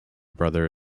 brother